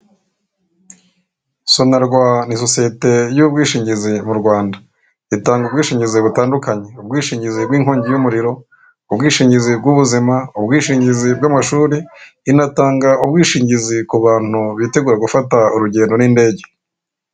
Sonarwa ni sosiyete y'ubwishingizi mu Rwanda, itanga ubwishingizi butandukanye; ubwishingizi bwinkongi y'umuriro, ubwishingizi bw'ubuzima, ubwishingizi bw'amashuri, inatanga ubwishingizi ku bantu bitegura gufata urugendo n'indege.